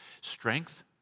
strength